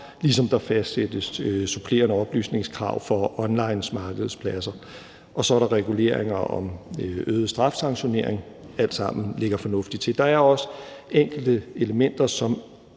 ligesom der fastsættes supplerende oplysningskrav for onlinemarkedspladser. Derudover er der også reguleringer om øget strafsanktionering. Det ligger alt sammen fornuftigt til. Der er også enkelte elementer,